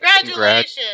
Congratulations